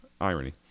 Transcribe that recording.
Irony